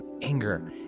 anger